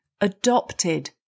adopted